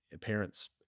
Parents